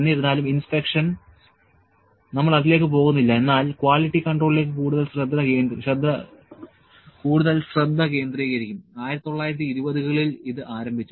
എന്നിരുന്നാലും ഇൻസ്പെക്ഷൻ നമ്മൾ അതിലേക്ക് പോകുന്നില്ല എന്നാൽ ക്വാളിറ്റി കൺട്രോളിലേക്ക് കൂടുതൽ ശ്രദ്ധ കേന്ദ്രീകരിക്കും 1920 കളിൽ ഇത് ആരംഭിച്ചു